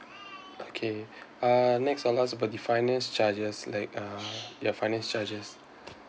okay uh next I'll ask about the finance charges like uh your finance charges